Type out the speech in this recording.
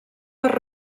per